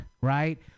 Right